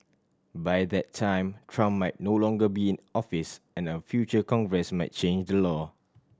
by that time Trump might no longer be in office and a future Congress might change the law